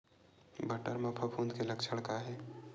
बटर म फफूंद के लक्षण का हे?